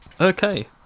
Okay